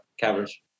coverage